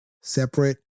separate